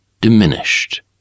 diminished